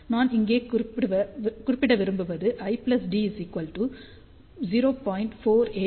நான் இங்கே குறிப்பிட விரும்புவது l d 0